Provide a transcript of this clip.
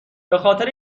خاطر